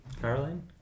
Caroline